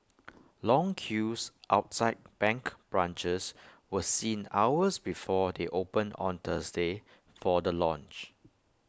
long queues outside bank branches were seen hours before they opened on Thursday for the launch